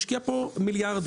השקיע כאן מיליארדים.